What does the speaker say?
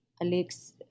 Alex